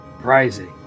Rising